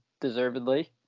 deservedly